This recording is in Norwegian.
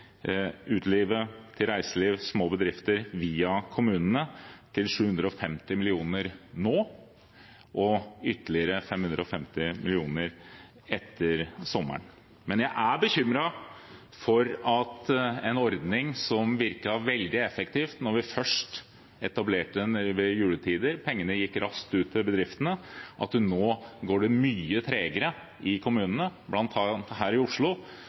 utelivet, til reiseliv og til små bedrifter via kommunene, til 750 mill. kr nå og ytterligere 550 mill. kr etter sommeren. Men jeg er bekymret for at en ordning som virket veldig effektiv da vi først etablerte den ved juletider, og pengene gikk raskt ut til bedriftene, nå går mye tregere i kommunene. Blant annet har man her i Oslo